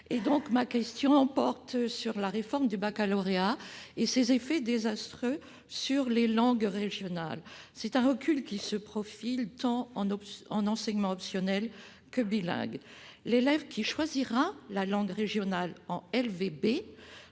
avenir. Ma question porte sur la réforme du baccalauréat et ses effets désastreux sur les langues régionales. C'est un recul qui se profile pour cet enseignement, qu'il soit optionnel ou bilingue. L'élève qui choisira la langue régionale en